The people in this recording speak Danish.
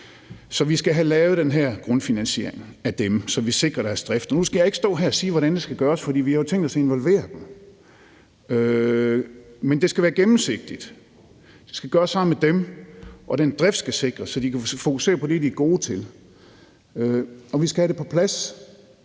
Så vi skal have lavet den her grundfinansiering af dem, så vi sikrer deres drift. Nu skal jeg ikke stå her og sige, hvordan det skal gøres, for vi har jo tænkt os at involvere dem. Men det skal være gennemsigtigt. Det skal gøres sammen med dem, og den drift skal sikres, så de kan fokusere på det, de er gode til. Vi skal have det på plads,